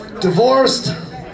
Divorced